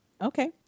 Okay